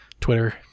Twitter